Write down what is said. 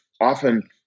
often